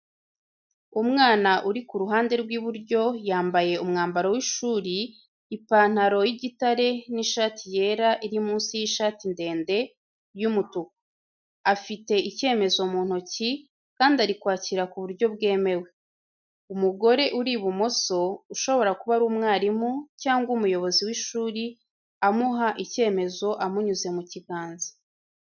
Umwana uri ku ruhande rw’iburyo yambaye umwambaro w’ishuri, ipantalo y’igitare n’ishati yera iri munsi y’ishati ndende y’umutuku, afite icyemezo mu ntoki, kandi ari kwakira ku buryo bwemewe. Umugore uri ibumoso, ushobora kuba ari umwarimu cyangwa umuyobozi w’ishuri amuha icyemezo amunyuze mu kiganza.